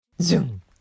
Zoom